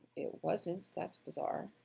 it wasn't, that's bizarre.